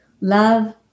love